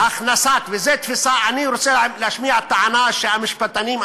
אני רוצה להשמיע טענה שהמשפטנים,